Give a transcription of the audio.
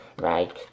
Right